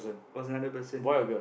was another person